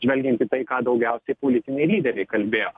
žvelgiant į tai ką daugiausiai politiniai lyderiai kalbėjo